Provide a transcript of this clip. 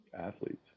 athletes